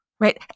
Right